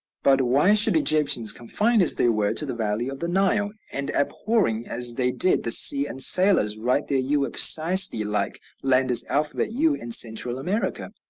but why should egyptians, confined as they were to the valley of the nile, and abhorring as they did the sea and sailors, write their u precisely like landa's alphabet u in central america?